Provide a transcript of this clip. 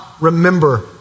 remember